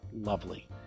Lovely